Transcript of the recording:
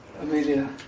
Amelia